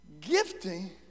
Gifting